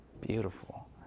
beautiful